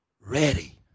ready